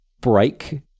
break